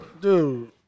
Dude